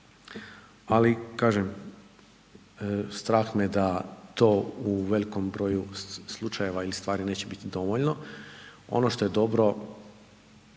ali kažem strah me da to u velikom broju slučajeva ili stvar neće biti dovoljno. Ono što je dobro